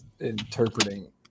interpreting